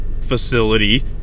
facility